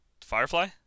Firefly